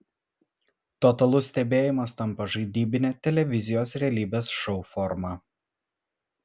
totalus stebėjimas tampa žaidybine televizijos realybės šou forma